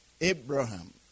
Abraham